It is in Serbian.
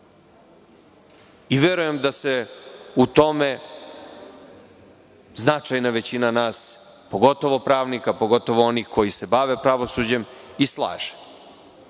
Verujem da se u tome značajna većina nas, pogotovo pravnika, pogotovo onih koji se bave pravosuđem, i slaže.U